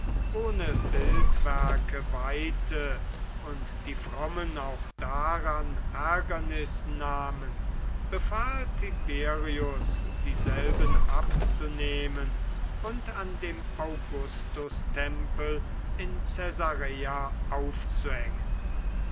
ohne bildwerke weihte und die frommen auch daran ärgernis nahmen befahl tiberius dieselben abzunehmen und an dem augustustempel in caesarea aufzuhängen